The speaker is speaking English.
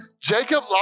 Jacob